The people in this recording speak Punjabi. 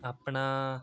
ਆਪਣਾ